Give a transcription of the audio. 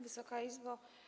Wysoka Izbo!